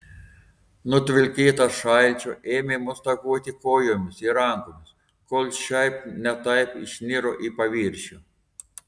nutvilkytas šalčio ėmė mostaguoti kojomis ir rankomis kol šiaip ne taip išniro į paviršių